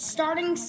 Starting